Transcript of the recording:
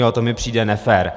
To mi přijde nefér.